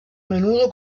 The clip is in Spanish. menudo